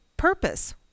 purpose